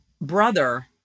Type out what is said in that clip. brother